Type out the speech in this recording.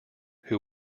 who